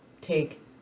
take